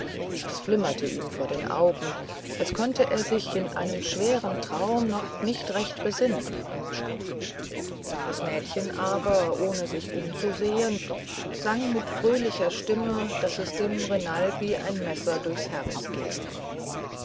es flimmerte ihm vor den augen als könnte er sich in einem schweren traume noch nicht recht besinnen das mädchen aber ohne sich umzusehen sang mit fröhlicher stimme daß es dem renald wie ein messer durchs herz ging